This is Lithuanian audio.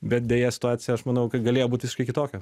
bet deja situacija aš manau kad galėjo būt visiškai kitokia